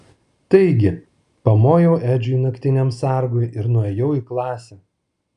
taigi pamojau edžiui naktiniam sargui ir nuėjau į klasę